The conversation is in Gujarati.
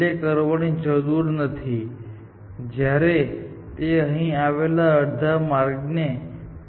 તેથી તમે કલ્પના કરી શકો છો કે જ્યારે આ નોડ આ 2 નોડમાં વિસ્તરે છે તેને દૂર કરવામાં આવે છે આ નોડ દૂર કરવામાં આવે છે અને પેરેન્ટ પોઇન્ટર તરફ તેને નિર્દેશ કરવામાં આવશે